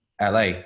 LA